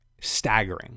staggering